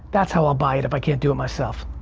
that's how i'll buy it if i can't do it myself.